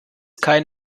kein